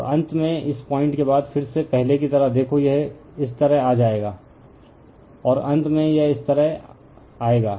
और अंत में इस पॉइंट के बाद फिर से पहले की तरह देखो यह इस तरह आएगा और अंत में यह इस तरह आएगा